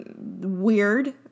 Weird